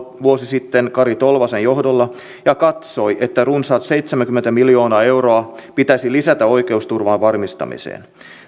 vuosi sitten kari tolvasen johdolla ja katsoi että runsaat seitsemänkymmentä miljoonaa euroa pitäisi lisätä oikeusturvan varmistamiseen